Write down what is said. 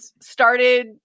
started